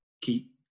keep